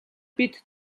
бид